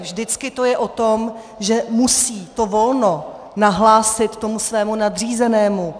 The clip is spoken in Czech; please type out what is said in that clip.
Vždycky to je o tom, že musí to volno nahlásit svému nadřízenému.